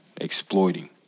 exploiting